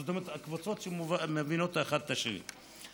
זאת אומרת, קבוצות שמבינות אחת את השנייה.